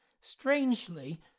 Strangely